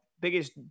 biggest